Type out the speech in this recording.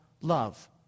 love